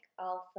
alpha